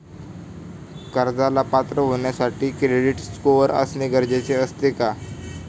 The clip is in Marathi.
कर्जाला पात्र होण्यासाठी क्रेडिट स्कोअर असणे गरजेचे असते का?